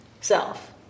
self